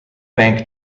bank